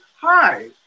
hi